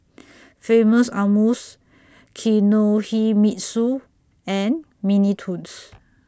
Famous Amos Kinohimitsu and Mini Toons